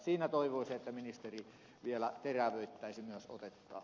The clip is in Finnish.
siinä toivoisin että ministeri vielä terävöittäisi myös otettaan